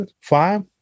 five